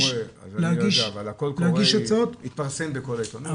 קול קורא, הקול קורא התפרסם בכל העיתונים.